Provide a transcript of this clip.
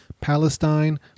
Palestine